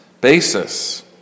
basis